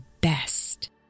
best